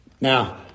Now